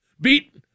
beat